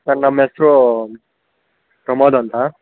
sir ನಮ್ಮ ಹೆಸ್ರೂ ಪ್ರಮೋದ್ ಅಂತ